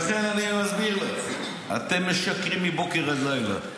ולכן אני מסביר לך, אתם משקרים מבוקר עד לילה.